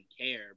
care